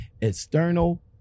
external